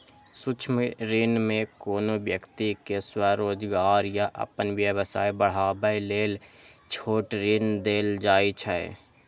सूक्ष्म ऋण मे कोनो व्यक्ति कें स्वरोजगार या अपन व्यवसाय बढ़ाबै लेल छोट ऋण देल जाइ छै